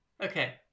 Okay